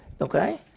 Okay